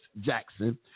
Jackson